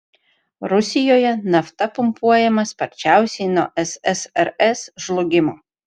rusijoje nafta pumpuojama sparčiausiai nuo ssrs žlugimo